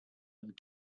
and